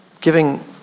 giving